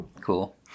Cool